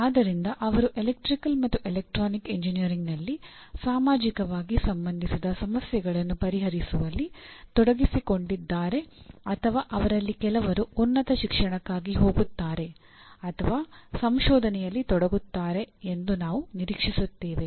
ಆದ್ದರಿಂದ ಅವರು ಎಲೆಕ್ಟ್ರಿಕಲ್ ಮತ್ತು ಎಲೆಕ್ಟ್ರಾನಿಕ್ ಎಂಜಿನಿಯರಿಂಗ್ನಲ್ಲಿ ಸಾಮಾಜಿಕವಾಗಿ ಸಂಬಂಧಿಸಿದ ಸಮಸ್ಯೆಗಳನ್ನು ಪರಿಹರಿಸುವಲ್ಲಿ ತೊಡಗಿಸಿಕೊಂಡಿದ್ಧಾರೆ ಅಥವಾ ಅವರಲ್ಲಿ ಕೆಲವರು ಉನ್ನತ ಶಿಕ್ಷಣಕ್ಕಾಗಿ ಹೋಗುತ್ತಾರೆ ಅಥವಾ ಸಂಶೋಧನೆಯಲ್ಲಿ ತೊಡಗುತ್ತಾರೆ ಎಂದು ನಾವು ನಿರೀಕ್ಷಿಸುತ್ತೇವೆ